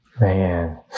Man